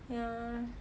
ya